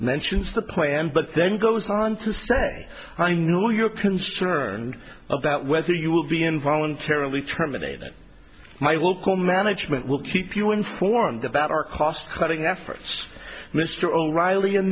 mentions the plan but then goes on to say i know you're concerned about whether you will be in voluntarily terminated my local management will keep you informed about our cost cutting efforts mr o'reilly in